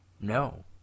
No